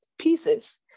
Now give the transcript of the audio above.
pieces